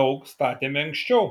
daug statėme anksčiau